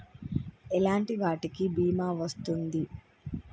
ఎలాంటి వాటికి బీమా వస్తుంది?